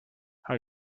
how